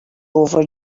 over